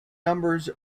numbers